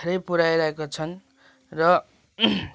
धेरै पुराइरहेका छन र